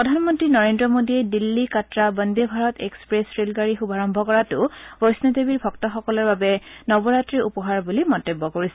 প্ৰধানমন্ত্ৰী নৰেন্দ্ৰ মোডীয়ে দিল্লী কাটৰা বন্দে ভাৰত এক্সপ্ৰেছ ৰেলগাড়ী শুভাৰম্ভ কৰাটো বৈফোদেৱীৰ ভক্তসকলৰ বাবে নৱৰাত্ৰীৰ উপহাৰ বুলি মন্তব্য কৰিছে